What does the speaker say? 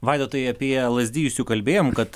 vaidotai apie lazdijus jau kalbėjom kad